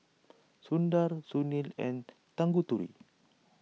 Sundar Sunil and Tanguturi